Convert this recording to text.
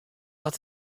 oft